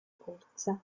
corsa